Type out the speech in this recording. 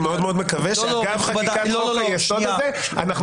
אני מאוד מקווה שאגב חקיקת חוק היסוד הזה אנחנו